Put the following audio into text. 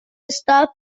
stop